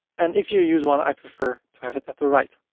and if you use one, i prefer to have it at the right.